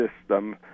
system